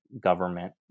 government